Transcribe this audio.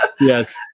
Yes